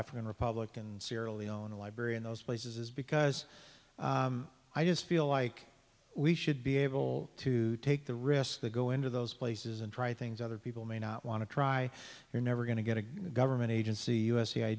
african republic and sierra leone library in those places because i just feel like we should be able to take the risk the go into those places and try things other people may not want to try you're never going to get a government agency u